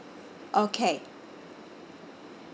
okay